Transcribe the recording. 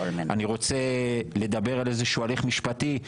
אני רוצה לדבר על איזשהו הליך משפטי,